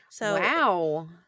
Wow